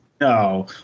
No